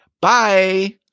bye